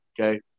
okay